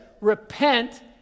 repent